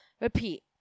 repeat